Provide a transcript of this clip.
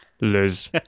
Liz